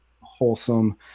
wholesome